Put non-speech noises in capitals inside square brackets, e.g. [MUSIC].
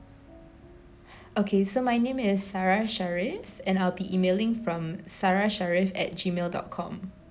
[BREATH] okay so my name as sarah sharif and I'll be emailing from sarah sharif at Gmail dot com